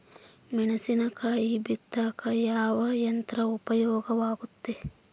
ಮೆಣಸಿನಕಾಯಿ ಬಿತ್ತಾಕ ಯಾವ ಯಂತ್ರ ಉಪಯೋಗವಾಗುತ್ತೆ?